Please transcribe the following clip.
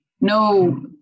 no